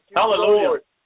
Hallelujah